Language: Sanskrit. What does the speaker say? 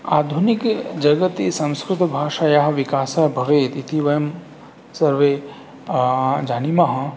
आधुनिके जगति संस्कृतभाषायाः विकासः भवेत् इति वयं सर्वे जानीमः